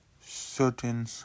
certain